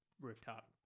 rooftop